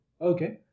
Okay